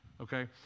Okay